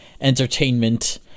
entertainment